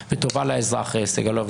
גם זה, אדוני היושב-ראש, סממן של דמוקרטיה.